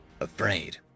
afraid